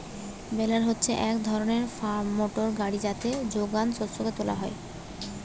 বেলার হচ্ছে এক ধরণের ফার্ম মোটর গাড়ি যাতে যোগান শস্যকে তুলা হয়